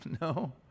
No